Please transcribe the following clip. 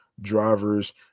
drivers